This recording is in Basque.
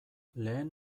lehen